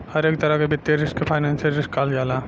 हरेक तरह के वित्तीय रिस्क के फाइनेंशियल रिस्क कहल जाला